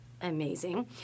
amazing